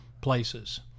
places